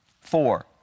Four